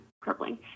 crippling